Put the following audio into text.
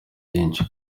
byinshi